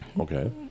Okay